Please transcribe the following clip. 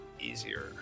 easier